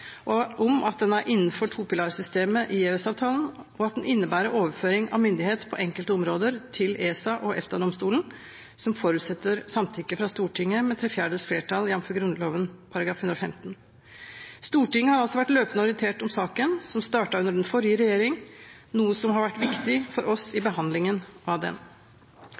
om at den er innenfor to-pilarsystemet i EØS-avtalen, og at den innebærer overføring av myndighet på enkelte områder til ESA og EFTA-domstolen, som forutsetter samtykke fra Stortinget med tre fjerdedels flertall, jf. Grunnloven § 115. Stortinget har også vært løpende orientert om saken, som startet under den forrige regjering, noe som har vært viktig for oss i behandlingen av den.